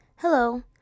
Hello